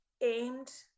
aimed